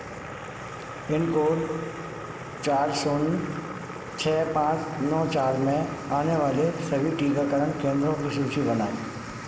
pin code चार शून्य छः पाँच नौ चार में आने वाले सभी टीकाकरण केंद्रों की सूची बनाएँ